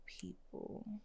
people